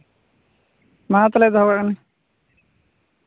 ᱢᱟ ᱛᱟᱦᱞᱮ ᱫᱚᱦᱚᱭ ᱢᱮ